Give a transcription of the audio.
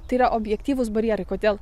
tai yra objektyvūs barjerai kodėl